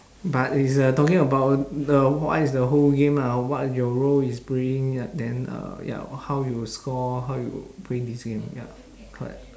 but is uh talking about the what is the whole game ah what your role is playing uh then uh ya how you score how you play this game ya correct